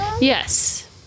Yes